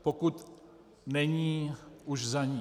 Pokud není už za ní.